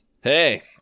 Hey